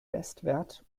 bestwert